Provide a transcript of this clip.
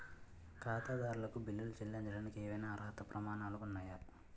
ఖాతాదారులకు బిల్లులు చెల్లించడానికి ఏవైనా అర్హత ప్రమాణాలు ఉన్నాయా?